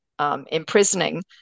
Imprisoning